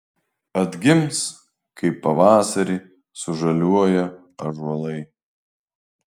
atgims kaip pavasarį sužaliuoja ąžuolai